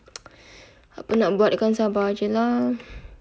ape nak buat kan sabar jer lah